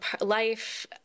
life